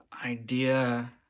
Idea